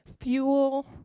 fuel